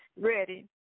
ready